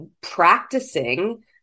practicing